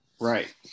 Right